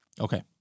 Okay